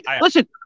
Listen